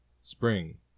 Spring